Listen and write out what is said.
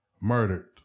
murdered